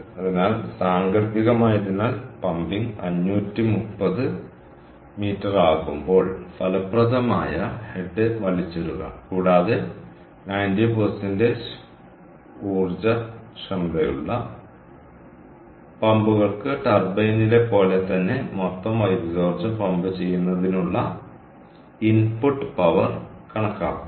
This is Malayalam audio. അതിനാൽ സാങ്കൽപ്പികമായതിനാൽ പമ്പിംഗ് 530 മീറ്റർ ആകുമ്പോൾ ഫലപ്രദമായ തല വലിച്ചിടുക കൂടാതെ 90 ഊർജ്ജ ദക്ഷതയുള്ള പമ്പുകൾക്ക് ടർബൈനിലെ പോലെ തന്നെ മൊത്തം വൈദ്യുതോർജ്ജം പമ്പ് ചെയ്യുന്നതിനുള്ള ഇൻപുട്ട് പവർ കണക്കാക്കുക